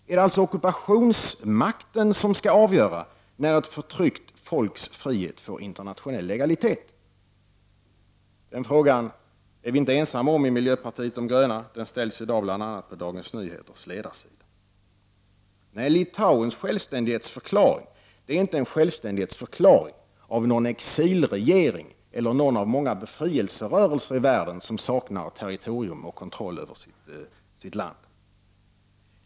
Är det alltså ockupationsmakten som skall avgöra när ett förtryckt folks frihet får internationell legalitet? Den frågan är vi inte ensamma om i miljöpartiet de gröna, den ställs i dag bl.a. på Dagens Nyheters ledarsida. Nej, Litauens självständighetsförklaring är inte en självständighetsförklaring av någon exilregering eller av någon av många befrielserörelser i världen som saknar territorium och kontroll över sitt land.